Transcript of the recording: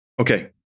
Okay